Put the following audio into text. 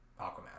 Aquaman